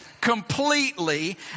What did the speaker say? completely